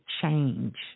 change